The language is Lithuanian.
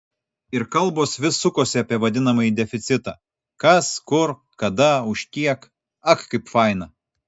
ir kalbos vis sukosi apie vadinamąjį deficitą kas kur kada už kiek ak kaip faina